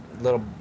little